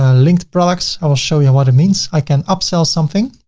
ah linked products i will show you what it means. i can up sell something.